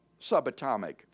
subatomic